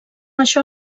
això